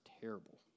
terrible